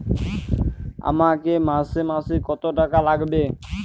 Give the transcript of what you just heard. আমাকে মাসে মাসে কত টাকা লাগবে?